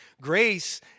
Grace